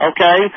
Okay